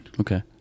Okay